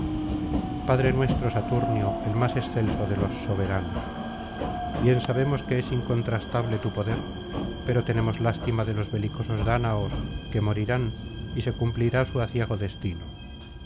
padre nuestro saturnio el más excelso de los soberanos bien sabemos que es incontrastable tu poder pero tenemos lástima de los belicosos dáñaos que morirán y se cumplirá su aciago destino